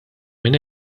minn